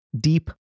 Deep